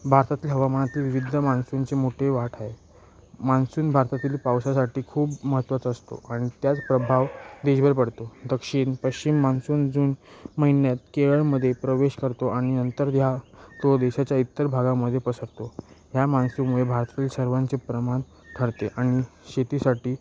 भारतातील हवामानातील विविधता मान्सूनची मोठी वाट आहे मान्सून भारतातील पावसासाठी खूप महत्त्वाचा असतो आणि त्याचा प्रभाव देशभर पडतो दक्षिण पश्चिम मान्सून जून महिन्यात केरळमध्ये प्रवेश करतो आणि नंतर ह्या तो देशाच्या इतर भागामध्ये पसरतो ह्या मान्सूनमुळे भारतातील सर्वांचे प्रमाण ठरते आणि शेतीसाठी